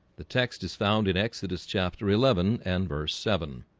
the text is found in exodus chapter eleven and verse seven